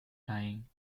lying